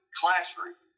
classroom